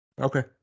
Okay